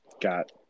got